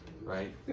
right